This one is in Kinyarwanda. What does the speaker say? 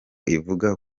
ivuga